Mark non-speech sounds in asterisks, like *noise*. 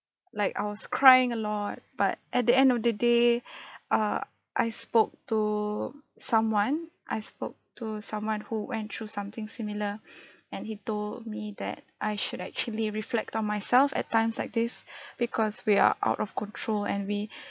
like I was crying a lot but at the end of the day *breath* err I spoke to someone I spoke to someone who went through something similar *breath* and he told me that I should actually reflect on myself at times like this *breath* because we are out of control and we *breath*